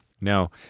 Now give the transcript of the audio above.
No